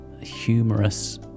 humorous